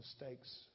mistakes